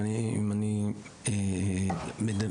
אם אני מדייק,